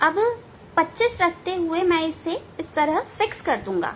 अब 25 रखते हुए मैं इसे स्थिर कर दूंगा